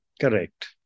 Correct